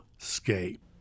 escape